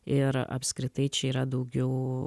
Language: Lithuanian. ir apskritai čia yra daugiau